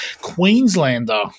Queenslander